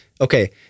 Okay